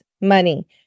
money